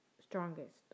strongest